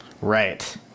Right